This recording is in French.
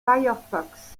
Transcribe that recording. firefox